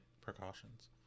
precautions